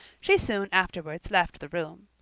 she soon afterwards left the room.